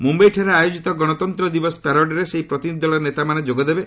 ମୁମ୍ୟାଇଠାରେ ଆୟୋଜିତ ଗଣତନ୍ତ୍ର ଦିବସ ପ୍ୟାରେଡ୍ରେ ସେହି ପ୍ରତିନିଧି ଦଳର ନେତାମାନେ ଯୋଗ ଦେବେ